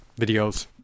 videos